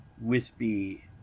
wispy